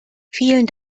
vielen